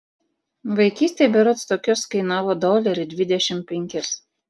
vaikystėj berods tokios kainavo dolerį dvidešimt penkis